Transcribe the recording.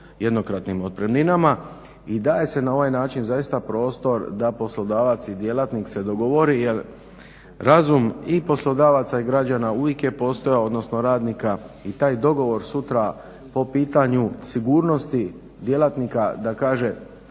jednokratnim otpremninama. I daje se na ovaj način zaista prostor da poslodavac i djelatnik se dogovore jer razum i poslodavaca i građana uvijek je postojao, odnosno radnika. I taj dogovor sutra po pitanju sigurnosti djelatnika da kaže